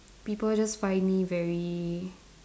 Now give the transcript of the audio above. people just find me very